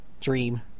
dream